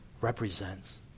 represents